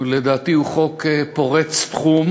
לדעתי הוא חוק פורץ תחום.